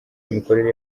imikorere